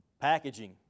packaging